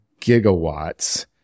gigawatts